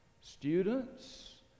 students